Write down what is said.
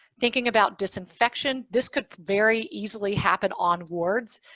thinking about disinfection, this could very easily happen on wards,